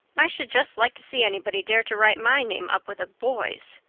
i should just like to see anybody dare to write my name up with a boy's.